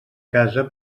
casa